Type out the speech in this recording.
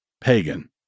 pagan